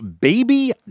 Baby